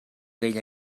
deia